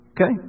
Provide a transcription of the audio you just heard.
Okay